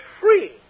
free